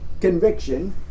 conviction